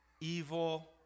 Evil